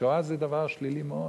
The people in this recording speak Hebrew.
שואה זה דבר שלילי מאוד.